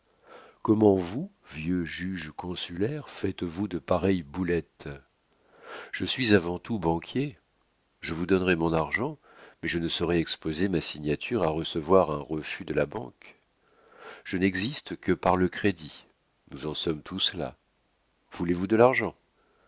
comment vous vieux juge consulaire faites-vous de pareilles boulettes je suis avant tout banquier je vous donnerai mon argent mais je ne saurais exposer ma signature à recevoir un refus de la banque je n'existe que par le crédit nous en sommes tous là voulez-vous de l'argent